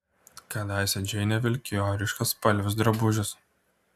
kadaise džeinė vilkėjo ryškiaspalvius drabužius